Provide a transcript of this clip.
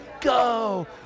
Go